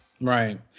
Right